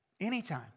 Anytime